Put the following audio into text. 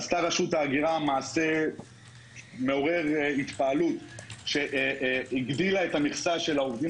עשתה רשות ההגירה מעשה מעורר התפעלות בכך שהגדילה את המכסה של העובדים